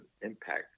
impact